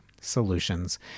solutions